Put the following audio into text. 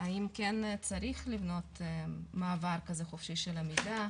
האם כן צריך לבנות מעבר כזה חופשי של מידע,